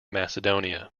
macedonia